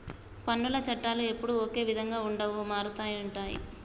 పన్నుల చట్టాలు ఎప్పుడూ ఒకే విధంగా ఉండవు మారుతుంటాయి